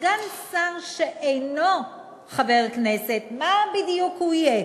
סגן שר שאינו חבר כנסת, מה בדיוק הוא יהיה?